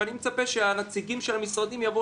אבל אני מצפה שהנציגים של המשרדים יבואו